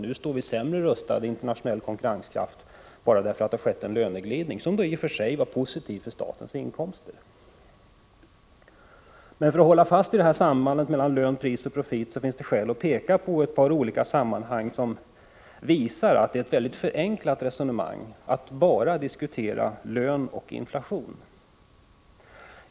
Vi står sämre rustade när det gäller internationell konkurrens bara därför att det skett en löneglidning, som i och för sig var positiv för statens inkomster. För att hålla fast vid sambanden mellan lön, pris och profit finns det skäl att peka på ett par sammanhang som visar att det är ett väldigt förenklat resonemang att bara diskutera lön och inflation.